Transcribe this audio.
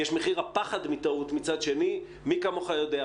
יש מחיר הפחד מטעות מצד שני, מי כמוך יודע.